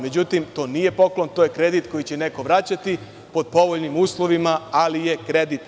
Međutim, to nije poklon, to je kredit koji će neko vraćati pod povoljnim uslovima, ali je kredit.